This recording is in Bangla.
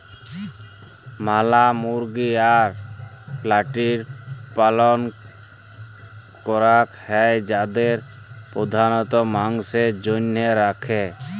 ম্যালা মুরগি আর পল্ট্রির পালল ক্যরাক হ্যয় যাদের প্রধালত মাংসের জনহে রাখে